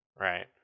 Right